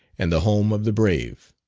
and the home of the brave.